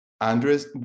Andres